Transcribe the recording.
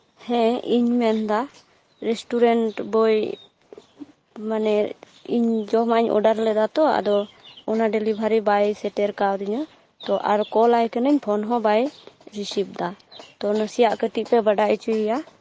ᱦᱮᱸ ᱤᱧ ᱢᱮᱱ ᱮᱫᱟ ᱨᱮᱥᱴᱩᱨᱮᱱᱴ ᱵᱳᱭ ᱢᱟᱱᱮ ᱤᱧ ᱡᱚᱢᱟᱜ ᱤᱧ ᱚᱰᱟᱨ ᱞᱮᱫᱟ ᱛᱚ ᱟᱫᱚ ᱚᱱᱟ ᱰᱮᱞᱤᱵᱷᱟᱨᱤ ᱵᱟᱭ ᱥᱮᱴᱮᱨ ᱠᱟᱣᱫᱤᱧᱟ ᱛᱚ ᱟᱨ ᱠᱚᱞᱟᱭ ᱠᱟᱹᱱᱟᱹᱧ ᱯᱷᱳᱱ ᱦᱚᱸ ᱵᱟᱭ ᱨᱤᱥᱤᱵᱽ ᱮᱫᱟ ᱛᱚ ᱱᱟᱥᱮᱭᱟᱜ ᱠᱟᱹᱴᱤᱡᱽ ᱯᱮ ᱵᱟᱰᱟᱭ ᱦᱚᱪᱚᱭᱮᱭᱟ